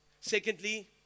Secondly